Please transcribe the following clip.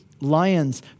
lions